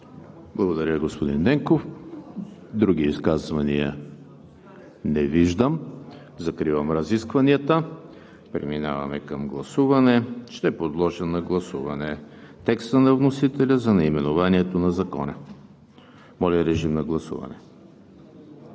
Благодаря, господин Ненков. Други изказвания? Не виждам. Закривам разискванията. Преминаваме към гласуване. Подлагам на гласуване текста на вносителя за наименованието на Закона. Гласували